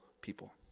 people